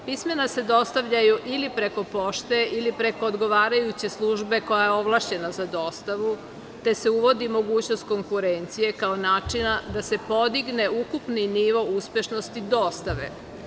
Pismena se dostavljaju ili preko pošte ili preko odgovarajuće službe koja je ovlašćena za dostavu, te se uvodi mogućnost konkurencije, kao načina da se podigne ukupni nivo uspešnosti dostave.